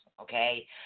okay